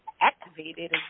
activated